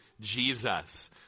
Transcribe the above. jesus